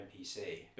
NPC